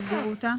תסגרו אותה.